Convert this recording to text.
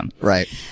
Right